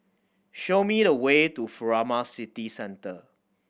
show me the way to Furama City Centre